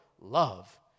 love